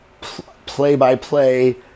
play-by-play